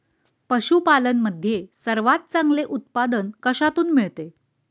पशूपालन मध्ये सर्वात चांगले उत्पादन कशातून मिळते?